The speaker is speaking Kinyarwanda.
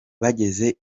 bageze